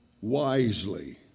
wisely